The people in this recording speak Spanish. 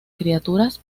caricaturas